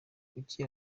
kuki